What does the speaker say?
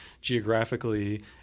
geographically